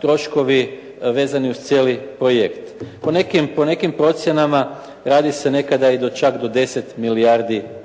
troškovi vezani uz cijeli projekt. Po nekim procjenama radi se nekada i do čak do 10 milijardi